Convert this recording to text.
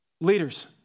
Leaders